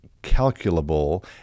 calculable